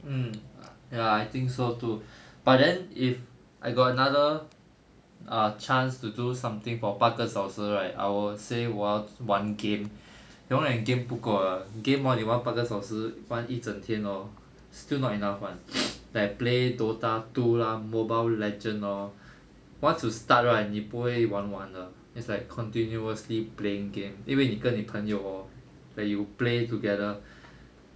mm ya I think so too but then if I got another err chance to do something for 八个小时 right I will say 我要玩 game 永远 game 不够的 game hor 你玩八个小时玩一整天 hor still not enough [one] like play dota two lah mobile legend lor once you start right 你不会玩完的 it's like continuously playing game 因为你跟你朋友 hor like you play together